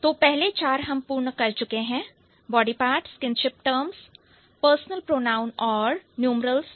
तो पहले चार हम पूर्ण कर चुके हैं body parts kinship terms personal pronoun और न्यूमरल्स